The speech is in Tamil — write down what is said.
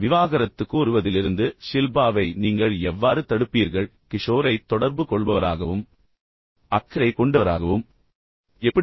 விவாகரத்து கோருவதிலிருந்து ஷில்பாவை நீங்கள் எவ்வாறு தடுப்பீர்கள் கிஷோரைத் தொடர்பு கொள்பவராகவும் அக்கறை கொண்டவராகவும் எப்படி செய்வீர்கள்